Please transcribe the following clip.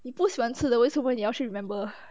你不喜欢吃的为什么你要去 remember